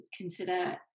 consider